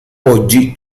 oggi